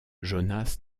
jonas